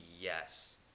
yes